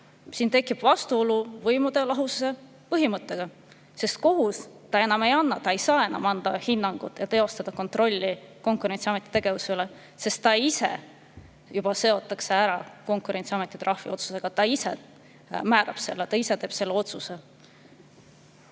Siin tekib vastuolu võimude lahususe põhimõttega, sest kohus ei saa enam anda hinnangut ja teostada kontrolli Konkurentsiameti tegevuse üle. Ta juba seotakse Konkurentsiameti trahviotsusega, ta ise määrab selle, ta ise teeb selle otsuse.